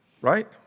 Right